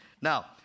now